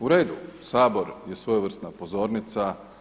U redu, Sabor je svojevrsna pozornica.